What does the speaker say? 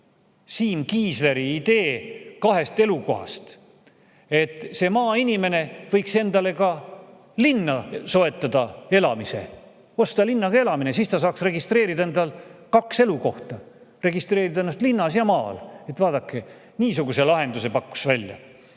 Siim Kiisleri idee kahest elukohast. Maainimene võiks endale soetada ka linna elamise, siis ta saaks registreerida endale kaks elukohta, registreerida ennast linnas ja maal. Vaadake, niisuguse lahenduse pakkus välja.